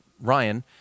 Ryan